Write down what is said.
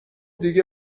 دیگه